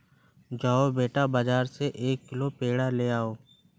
जाओ बेटा, बाजार से एक किलो पेड़ा ले आओ